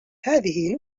هذه